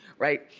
right?